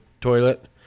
toilet